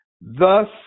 thus